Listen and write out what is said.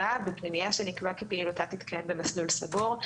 (ו)בפנימייה שנקבע כי פעילותה תתקיים במסלול סגור,